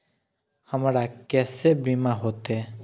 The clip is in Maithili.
हमरा केसे बीमा होते?